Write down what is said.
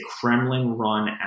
Kremlin-run